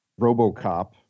robocop